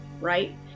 right